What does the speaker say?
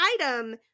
item